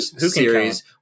series